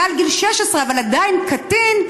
מעל גיל 16 אבל עדיין קטין,